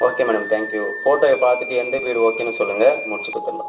okay madam thank you photo பார்த்துட்டு எந்த வீடு ஓகேன்னு சொல்லுங்கள் முடித்து கொடுத்துர்லாம்